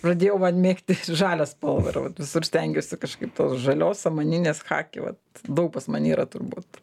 pradėjau vat mėgti žalią spalvą ir vat visur stengiuosi kažkaip tos žalios samaninės chaki vat daug pas mane yra turbūt